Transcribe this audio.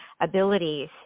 abilities